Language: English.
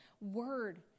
word